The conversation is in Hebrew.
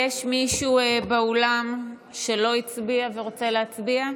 האם יש מישהו באולם שלא הצביע ורוצה להצביע?